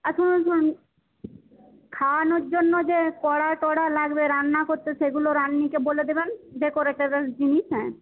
আর শুনুন শুনুন খাওয়ানোর জন্য যে কড়া টড়া লাগবে রান্না করতে সেগুলো রাঁধুনিকে বলে দেবেন ডেকরেটরের জিনিস হ্যাঁ